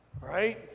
Right